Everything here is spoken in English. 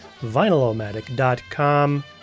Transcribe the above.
vinylomatic.com